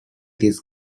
this